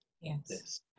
Yes